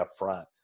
upfront